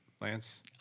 Lance